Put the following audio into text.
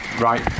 right